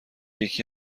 یکی